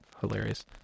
hilarious